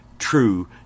true